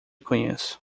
conheço